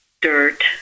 dirt